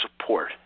support